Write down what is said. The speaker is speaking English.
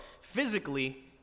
physically